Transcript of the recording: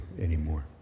anymore